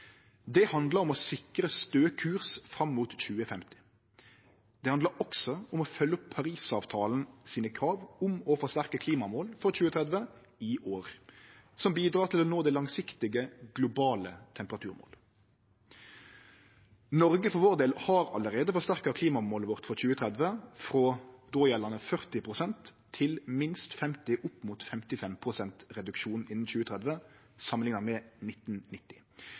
Det handlar om å sikre stø kurs fram mot 2050. Det handlar også om å følgje opp krava i Parisavtalen om å forsterke klimamål for 2030 i år, som bidrag til å nå det langsiktige globale temperaturmålet. Noreg har for sin del allereie forsterka klimamålet for 2030 frå dågjeldande 40 pst. til minst 50 pst. og opp mot 55 pst. reduksjon samanlikna med 1990.